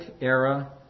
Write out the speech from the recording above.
era